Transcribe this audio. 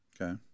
Okay